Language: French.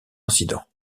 incident